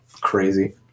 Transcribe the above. crazy